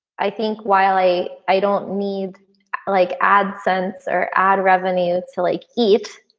i think while i i don't need like adsense or ad revenue to like it,